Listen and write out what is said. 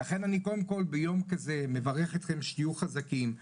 לכן אני ביום כזה קודם כל מברך אתכם שתהיו חזקים,